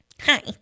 Hi